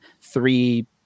three